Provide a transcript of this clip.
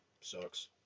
sucks